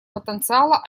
потенциала